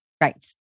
right